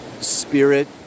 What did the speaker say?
spirit